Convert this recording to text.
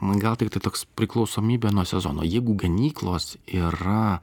gal tik tai toks priklausomybė nuo sezono jeigu ganyklos yra